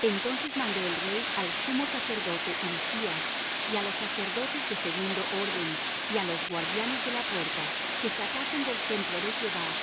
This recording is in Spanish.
entonces mandó el rey al sumo sacerdote hilcías y á los sacerdotes de segundo orden y á los guardianes de la puerta que sacasen del templo de jehová